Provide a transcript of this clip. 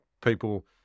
people